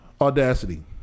Audacity